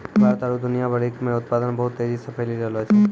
भारत आरु दुनिया भरि मे उत्पादन बहुत तेजी से फैली रैहलो छै